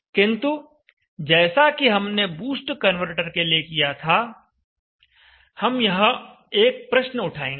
किंतु जैसा कि हमने बूस्ट कनवर्टर के लिए किया था हम यहां एक प्रश्न उठाएंगे